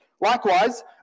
Likewise